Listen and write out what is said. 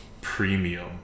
premium